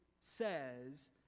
says